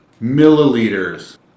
milliliters